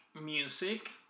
music